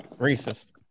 racist